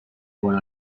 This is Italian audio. buon